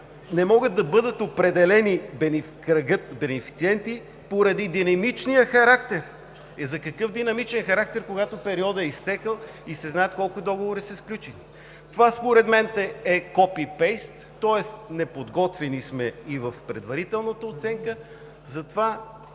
не може да бъде определен кръгът бенефициенти, поради динамичния характер?! Какъв динамичен характер, когато периодът е изтекъл и се знаят колко договори са сключени?! Това според мен е копи-пейст, тоест неподготвени сме и в предварителната оценка, затова